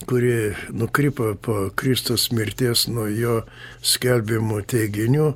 kuri nukrypo po kristaus mirties nuo jo skelbiamų teiginių